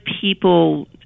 people